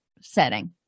setting